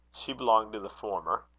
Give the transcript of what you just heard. she belonged to the former.